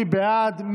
מי בעד?